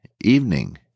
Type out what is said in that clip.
evening